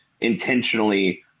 intentionally